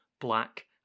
Black